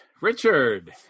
Richard